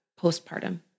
postpartum